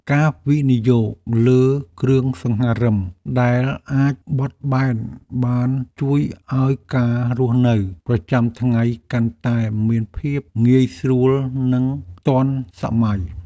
ការវិនិយោគលើគ្រឿងសង្ហារិមដែលអាចបត់បែនបានជួយឱ្យការរស់នៅប្រចាំថ្ងៃកាន់តែមានភាពងាយស្រួលនិងទាន់សម័យ។